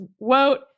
quote